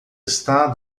está